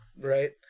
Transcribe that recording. right